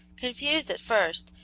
confused at first,